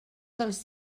dels